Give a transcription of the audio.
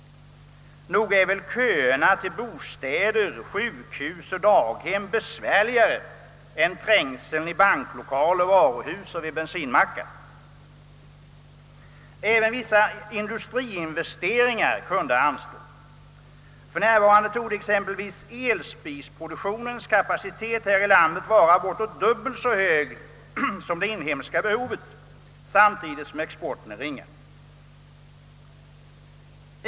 Nog är väl köerna till bostäder, sjukhus och daghem besvärligare än trängseln i banklokaler, varuhus och vid bensinmackar? Även vissa industriinvesteringar kunde anstå. För närvarande torde exempelvis kapaciteten för elspisproduktion här i landet vara bortåt dubbelt så stor som det inhemska behovet, samtidigt som exporten är ringa.